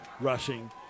rushing